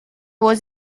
was